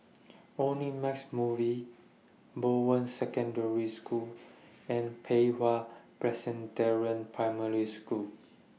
Omnimax Movies Bowen Secondary School and Pei Hwa Presbyterian Primary School